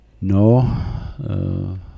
no